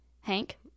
Hank